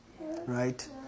right